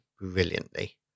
brilliantly